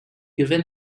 given